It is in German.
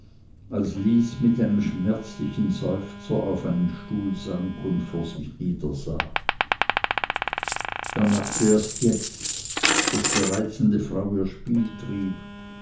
als lys mit einem schmerzlichen seufzer auf einen stuhl sank und vor sich niedersah er merkte erst jetzt daß die reizende frau ihr